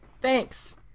Thanks